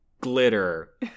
glitter